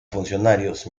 funcionarios